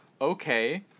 okay